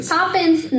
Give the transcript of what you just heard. Poppins